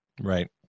Right